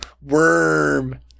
Worm